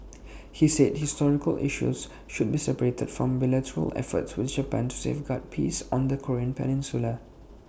he said historical issues should be separated from bilateral efforts with Japan to safeguard peace on the Korean peninsula